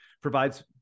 provides